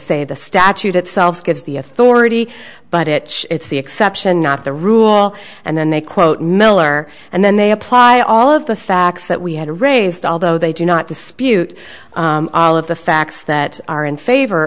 say the statute itself gives the authority but it it's the exception not the rule and then they quote miller and then they apply all of the facts that we had raised although they do not dispute all of the facts that are in favor